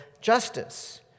justice